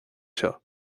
seo